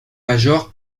major